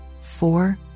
four